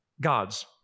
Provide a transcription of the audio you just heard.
God's